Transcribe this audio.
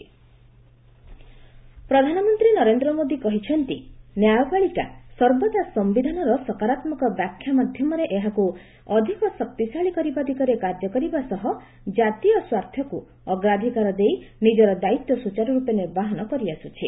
PM କୁଡିସିଆରି ପ୍ରଧାନମନ୍ତ୍ରୀ ନରେନ୍ଦ୍ର ମୋଦୀ କହିଛନ୍ତି ନ୍ୟାୟପାଳିକା ସର୍ବଦା ସମ୍ବିଧାନର ସକାରାତ୍ମକ ବ୍ୟାଖ୍ୟା ମାଧ୍ୟମରେ ଏହାକୁ ଅଧିକ ଶକ୍ତିଶାଳୀ କରିବା ଦିଗରେ କାର୍ଯ୍ୟ କରିବା ସହ ଜାତୀୟ ସ୍ୱାର୍ଥକୁ ଅଗ୍ରାଧିକାର ଦେଇ ନିଜର ଦାୟିତ୍ୱ ସୁଚାରୁରୂପେ ନିର୍ବାହନ କରିଆସୁଛି